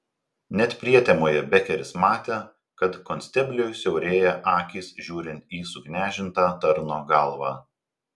net prietemoje bekeris matė kad konstebliui siaurėja akys žiūrint į suknežintą tarno galvą